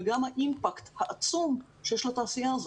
וגם האימפקט העצום שיש לתעשייה הזאת.